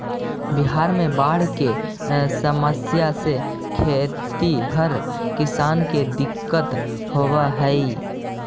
बिहार में बाढ़ के समस्या से खेतिहर किसान के दिक्कत होवऽ हइ